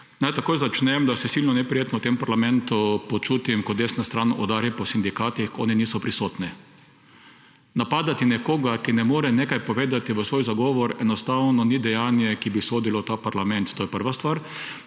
Naj začnem s tem, da se silno neprijetno v parlamentu počutim, ko desna stran udari po sindikatih, ko oni niso prisotni. Napadati nekoga, ki ne more ničesar povedati v svoj zagovor, enostavno ni dejanje, ki bi sodilo v parlament. To je prva stvar.